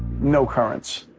no currents.